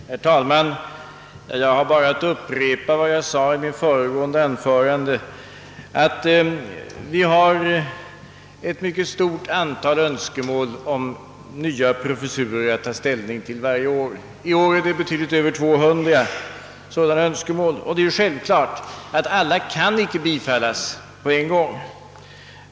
Herr talman! Vi har varje år att ta ställning till ett mycket stort antal önskemål om nya professurer. I år är det betydligt över 200 sådana önskemål, och det är självklart att alla inte kan bifallas på en gång.